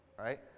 Right